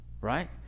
Right